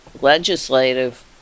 legislative